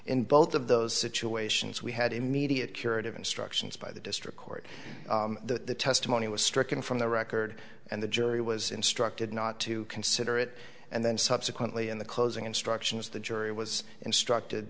in both of those situations we had immediate curative instructions by the district court the testimony was stricken from the record and the jury was instructed not to consider it and then subsequently in the closing instructions the jury was instructed